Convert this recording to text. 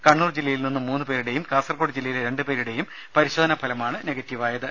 കണ്ണൂർ ജില്ലയിൽ നിന്നുള്ള മൂന്നു പേരുടേയും കാസർഗോഡ് ജില്ലയിലെ രണ്ടു പേരുടേയും പരിശോധനാ ഫലമാണ് നെഗറ്റീവായത്